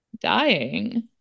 dying